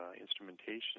instrumentation